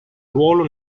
ruolo